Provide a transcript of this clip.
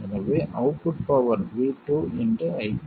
எனவே output power v2 i2